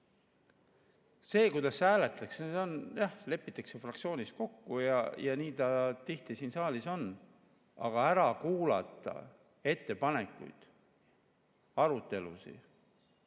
See, kuidas hääletatakse, jah, lepitakse fraktsioonis kokku, ja nii ta tihti siin saalis on. Aga ära kuulata ettepanekuid ja arutelusid